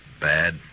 Bad